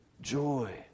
joy